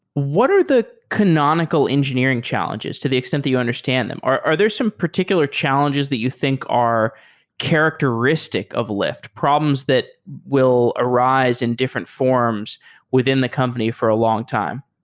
what are the canonical engineering challenges to the extent that you understand them? are are there some particular challenges that you think are characteristic of lyft? problems that will arise in different forms within the company for a long time?